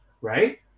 right